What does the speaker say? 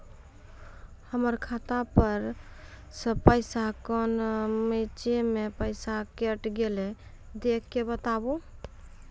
हमर खाता पर से पैसा कौन मिर्ची मे पैसा कैट गेलौ देख के बताबू?